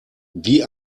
die